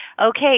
Okay